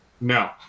No